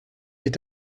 est